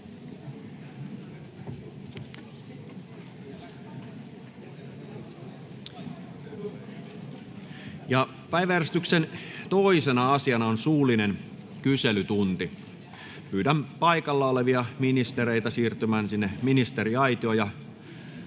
Päiväjärjestyksen 2. asiana on suullinen kyselytunti. Pyydän paikalla olevia ministereitä siirtymään ministeriaitioon.